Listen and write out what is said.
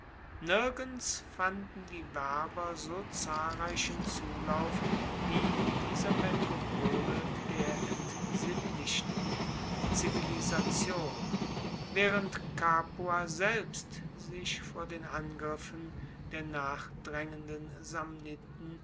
nirgends fanden die werber so zahlreichen zulauf wie in dieser metropole der entsittlichten zivilisation waehrend capua selbst sich vor den angriffen der nachdraengenden samniten